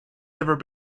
never